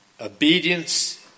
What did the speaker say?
Obedience